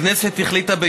הכנסת החליטה,